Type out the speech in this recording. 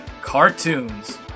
CARTOONS